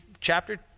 chapter